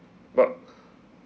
but